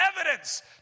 evidence